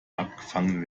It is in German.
abgefangen